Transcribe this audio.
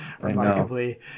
remarkably